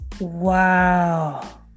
Wow